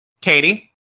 Katie